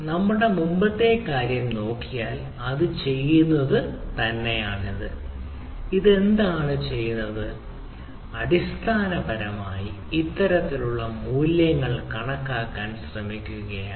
നമ്മുടെ മുമ്പത്തെ കാര്യം നോക്കിയാൽ അത് ചെയ്യുന്നത് തന്നെയാണ് ഇത് എന്താണ് ചെയ്യുന്നത് അടിസ്ഥാനപരമായി ഇത്തരത്തിലുള്ള മൂല്യങ്ങൾ കണക്കാക്കാൻ ശ്രമിക്കുകയാണ്